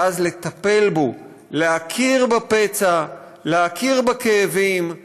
ואז לטפל בו, להכיר בפצע, להכיר בכאבים,